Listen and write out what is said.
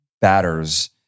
batters